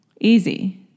easy